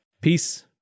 Peace